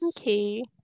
Okay